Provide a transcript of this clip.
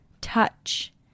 touch